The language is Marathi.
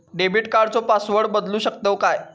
डेबिट कार्डचो पासवर्ड बदलु शकतव काय?